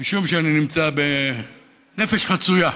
משום שאני נמצא בנפש חצויה,